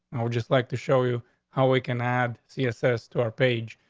i would just like to show you how we can add css to our page.